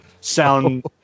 sound